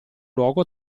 luogo